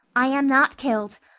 i am not killed,